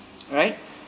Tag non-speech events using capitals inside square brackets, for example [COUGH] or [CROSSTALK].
[NOISE] right